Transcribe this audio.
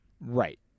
Right